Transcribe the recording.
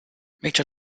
major